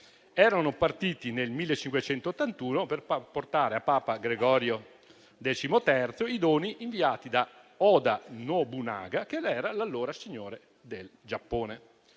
Erano partiti nel 1581 per portare a papa Gregorio XIII i doni inviati da Oda Nobunaga, che era l'allora signore del Giappone.